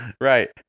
right